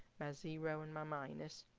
my zero, and my minus